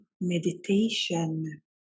meditation